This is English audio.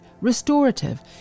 restorative